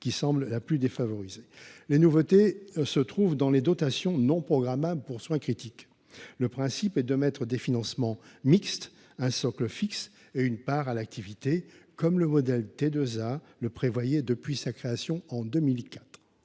qui semble la plus défavorisée. Les nouveautés se trouvent dans les dotations non programmables pour soins critiques. Le principe est d’allouer des financements mixtes, constitués d’un socle fixe et d’une part à l’activité, comme le modèle T2A le prévoit depuis sa création en 2004.